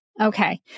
Okay